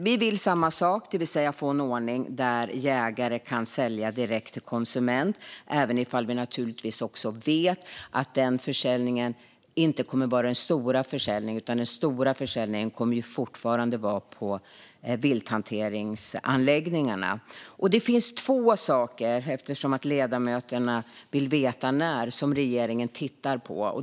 Vi vill samma sak, det vill säga få en ordning där jägare kan sälja direkt till konsument - även om vi vet att den försäljningen inte kommer att vara den stora försäljningen. Den stora försäljningen kommer fortfarande att vara på vilthanteringsanläggningarna. Ledamöterna vill veta när. Det finns två saker som regeringen tittar på.